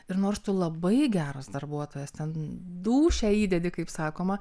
ir nors tu labai geras darbuotojas ten dūšią įdedi kaip sakoma